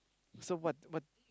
so what what